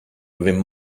within